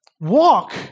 Walk